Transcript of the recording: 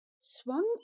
swung